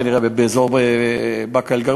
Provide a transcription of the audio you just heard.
כנראה באזור באקה-אלע'רביה.